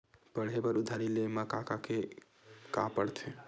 पढ़े बर उधारी ले मा का का के का पढ़ते?